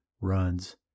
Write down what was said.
Runs